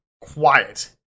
quiet